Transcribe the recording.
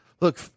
look